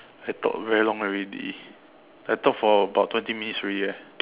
I talk very long already I talk for about twenty minutes already eh